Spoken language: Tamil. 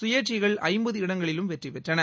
சுயேட்சைகள் ஐம்பது இடங்களிலும் வெற்றி பெற்றன